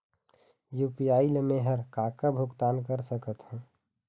UPI ले मे हर का का भुगतान कर सकत हो?